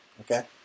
okay